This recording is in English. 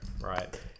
Right